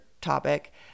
topic